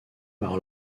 par